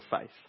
faith